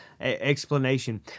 explanation